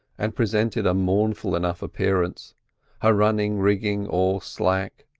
and presented a mournful enough appearance her running rigging all slack,